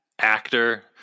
actor